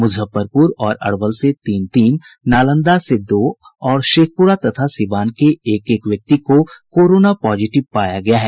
मुजफ्फरपूर और अरवल से तीन तीन नालंदा के दो और शेखपुरा तथा सीवान के एक एक व्यक्ति को कोरोना पॉजिटिव पाया गया है